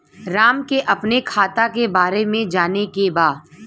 राम के अपने खाता के बारे मे जाने के बा?